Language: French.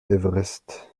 everest